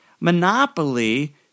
monopoly